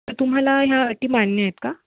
तर तुम्हाला ह्या अटी मान्य आहेत का